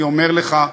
אני אומר לך,